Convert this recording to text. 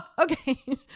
okay